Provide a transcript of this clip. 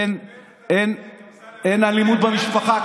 אין אלימות במשפחה.